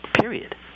Period